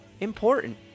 important